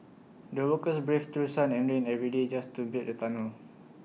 the workers braved through sun and rain every day just to build the tunnel